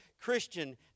Christian